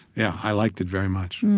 yeah, i liked it very much